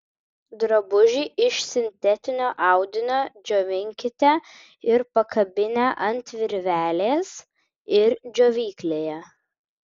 drabužį iš sintetinio audinio džiovinkite ir pakabinę ant virvelės ir džiovyklėje